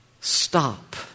stop